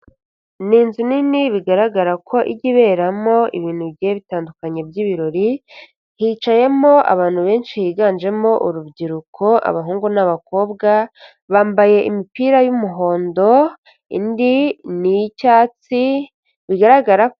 Ni inzu nini bigaragara ko ijya iberamo ibintu bigiye bitandukanye by'ibirori, hicayemo abantu benshi higanjemo urubyiruko, abahungu n'abakobwa bambaye imipira y'umuhondo indi n'iy'icyatsi bigaragara....